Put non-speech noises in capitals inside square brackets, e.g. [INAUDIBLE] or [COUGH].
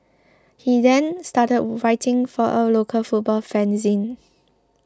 [NOISE] he then started writing for a local football fanzine